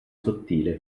sottile